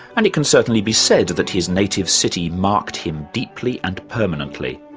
and it can certainly be said that his native city marked him deeply and permanently.